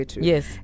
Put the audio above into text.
Yes